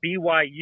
BYU